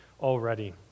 already